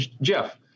Jeff